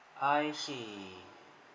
I see